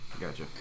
Gotcha